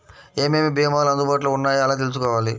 ఏమేమి భీమాలు అందుబాటులో వున్నాయో ఎలా తెలుసుకోవాలి?